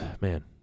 Man